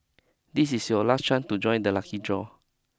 this is your last chance to join the lucky draw